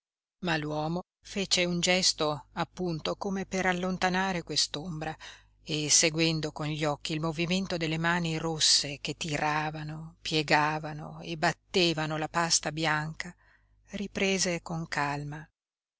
ma l'uomo fece un gesto appunto come per allontanare quest'ombra e seguendo con gli occhi il movimento delle mani rosse che tiravano piegavano e battevano la pasta bianca riprese con calma